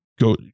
go